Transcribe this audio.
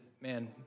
man